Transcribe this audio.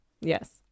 Yes